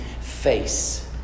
face